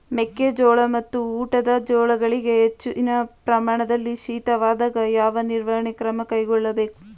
ಮೆಕ್ಕೆ ಜೋಳ ಮತ್ತು ಊಟದ ಜೋಳಗಳಿಗೆ ಹೆಚ್ಚಿನ ಪ್ರಮಾಣದಲ್ಲಿ ಶೀತವಾದಾಗ, ಯಾವ ನಿರ್ವಹಣಾ ಕ್ರಮ ಕೈಗೊಳ್ಳಬೇಕು?